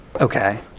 Okay